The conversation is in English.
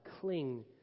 cling